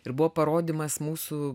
ir buvo parodymas mūsų